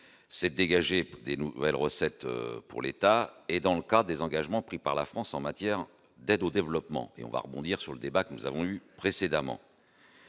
C'est dégagé des nouvelles recettes pour l'État et dans le cas des engagements pris par la France en matière d'aide au développement et on va rebondir sur le débat que nous avons eues précédemment.